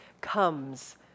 comes